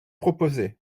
proposé